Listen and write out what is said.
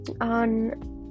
on